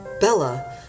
Bella